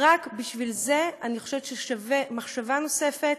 רק בגלל זה אני חושבת שזה שווה מחשבה נוספת,